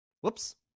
Whoops